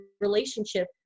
relationship